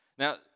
Now